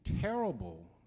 terrible